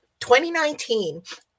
2019